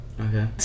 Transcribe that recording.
Okay